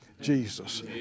Jesus